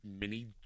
mini